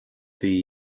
mhí